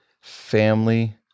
family